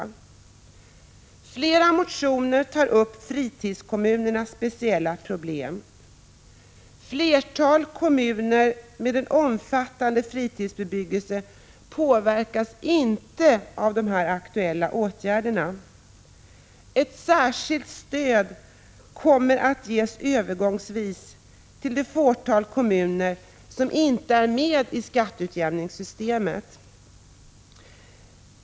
I flera motioner tas fritidskommunernas speciella problem upp. Flertalet kommuner med en omfattande fritidsbebyggelse påverkas inte av de aktuella åtgärderna. Ett särskilt stöd kommer att ges övergångsvis till det fåtal kommuner som inte är med i skatteutjämningssystemet.